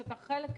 שאתה חלק ממנו,